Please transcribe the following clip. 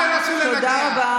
אל תנסו לנגח, תודה רבה.